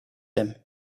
him